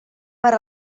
per